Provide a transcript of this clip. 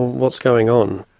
what's going on?